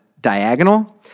diagonal